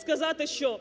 сказати, що